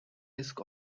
risk